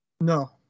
No